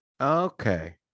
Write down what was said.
okay